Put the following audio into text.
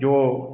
જો